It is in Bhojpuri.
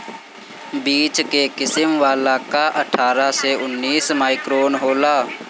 बीच के किसिम वाला कअ अट्ठारह से उन्नीस माइक्रोन होला